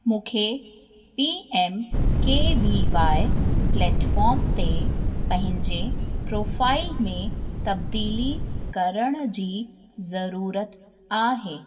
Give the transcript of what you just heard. मूंखे P M K B Y platform ते पंहिंजे प्रोफ़ाइल में तब्दीली करण जी ज़रूरत आहे